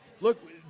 Look